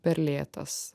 per lėtas